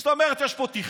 זאת אומרת, יש פה תכנון,